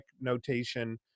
notation